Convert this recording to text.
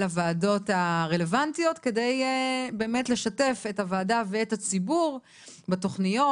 הוועדות הרלוונטיות כדי באמת לשתף את הוועדה ואת הציבור בתכניות,